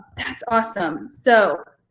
that's awesome. so